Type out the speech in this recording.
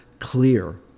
clear